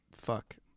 fuck